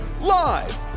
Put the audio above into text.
live